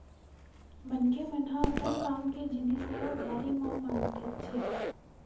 मनखे मन ह अपन काम के जिनिस ल उधारी म मांगथेच्चे